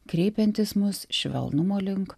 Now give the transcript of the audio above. kreipiantis mus švelnumo link